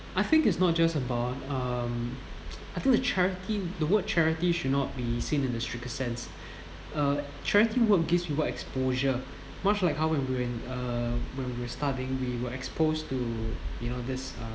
I think it's not just about um I think the charity the word charity should not be seen in the strict sense uh charity work gives you what exposure much like how we when when uh when we were studying we were exposed to you know this uh